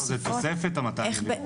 זה תוספת ה- 200 מיליון.